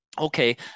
Okay